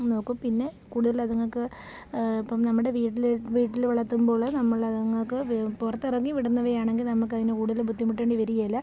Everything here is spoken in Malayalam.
നോക്കും പിന്നെ കൂടുതൽ അതുങ്ങൾക്ക് ഇപ്പം നമ്മടെ വീട്ടിൽ വീട്ടിൽ വളർത്തുമ്പോൾ നമ്മൾ അതുങ്ങൾക്ക് പുറത്ത് ഇറങ്ങി വിടുന്നവയാണെങ്കിൽ നമ്മൾക്ക് അതിന് കൂടുതൽ ബുദ്ധിമുട്ടേണ്ടി വരികയില്ല